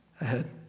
ahead